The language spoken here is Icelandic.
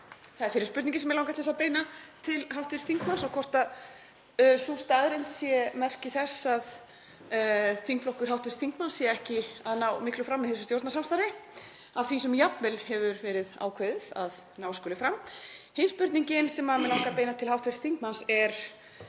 Það er fyrri spurningin sem mig langar til að beina til hv. þingmanns. Og hvort sú staðreynd sé merki þess að þingflokkur hv. þingmanns sé ekki að ná miklu fram í þessu stjórnarsamstarfi af því sem jafnvel hefur verið ákveðið að ná skuli fram. Hin spurningin sem mig langar að beina til hv. þingmanns er: